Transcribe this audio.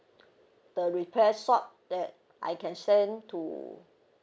the repair shop that I can send to